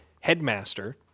headmaster